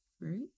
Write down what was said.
right